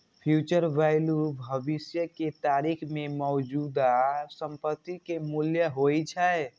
future value भविष्य के तारीख मे मौजूदा संपत्ति के मूल्य होइ छै